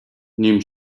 nim